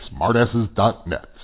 smartasses.net